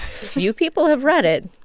few people have read it.